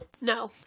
no